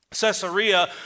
Caesarea